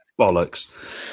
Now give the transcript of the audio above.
bollocks